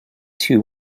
two